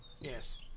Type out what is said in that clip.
Yes